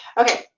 okay.